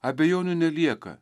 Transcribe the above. abejonių nelieka